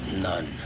None